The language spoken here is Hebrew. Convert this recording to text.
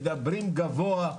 מדברים גבוה,